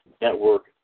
network